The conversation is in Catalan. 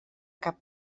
cap